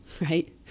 right